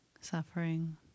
suffering